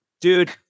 Dude